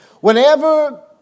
Whenever